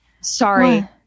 Sorry